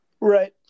Right